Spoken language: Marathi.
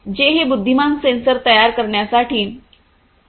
जे हे बुद्धिमान सेन्सर तयार करण्यासाठी आणखी अधिक प्रयत्न करतील